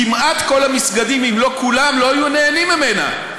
כמעט כל המסגדים, אם לא כולם, לא היו נהנים ממנה.